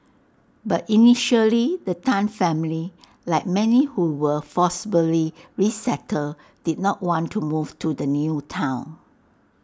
but initially the Tan family like many who were forcibly resettled did not want to move to the new Town